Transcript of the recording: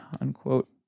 unquote